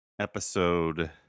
episode